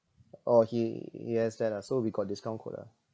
oh he yes that ah so we got discount code ah